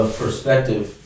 perspective